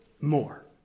more